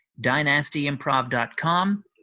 DynastyImprov.com